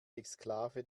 exklave